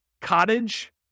Cottage